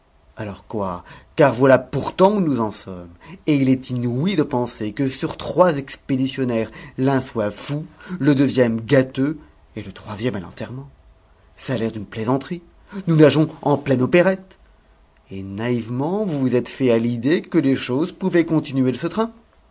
alors quoi car voilà pourtant où nous en sommes et il est inouï de penser que sur trois expéditionnaires l'un soit fou le deuxième gâteux et le troisième à l'enterrement ça a l'air d'une plaisanterie nous nageons en pleine opérette et naïvement vous vous êtes fait à l'idée que les choses pouvaient continuer de ce train